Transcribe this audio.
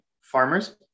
farmers